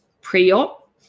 pre-op